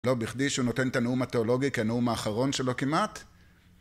לא בכדי שהוא נותן את הנאום התיאולוגי כנאום האחרון שלו כמעט